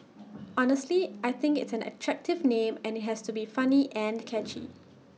honestly I think it's an attractive name and IT has to be funny and catchy